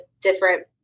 different